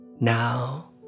Now